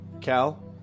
Cal